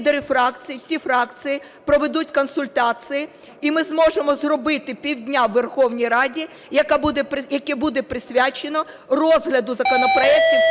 всі фракції проведуть консультації і ми зможемо зробити півдня в Верховній Раді, яке буде присвячене розгляду законопроектів